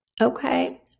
Okay